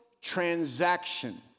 transaction